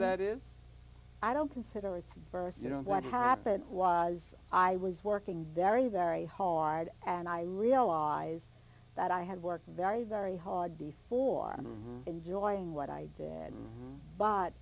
that is i don't consider it st you know what happened was i was working very very hard and i realized that i had worked very very hard before i'm enjoying what i did and b